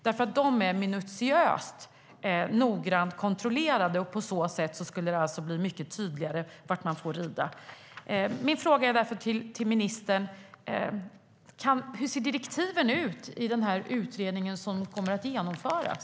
De är minutiöst noggrant kontrollerade, och på så sätt skulle det bli mycket tydligare var man får rida.